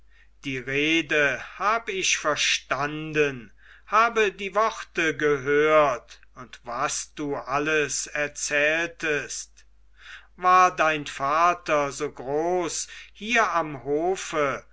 die rede hab ich verstanden habe die worte gehört und was du alles erzähltest war dein vater so groß hier am hofe